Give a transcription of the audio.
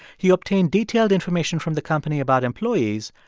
he obtained detailed information from the company about employees,